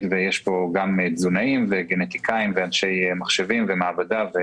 ויש בה גם תזונאים וגנטיקאים ואנשי מחשבים ומעבדה.